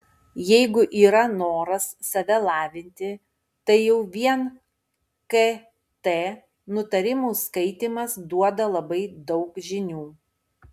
jeigu yra noras save lavinti tai jau vien kt nutarimų skaitymas duoda labai daug žinių